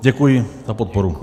Děkuji za podporu.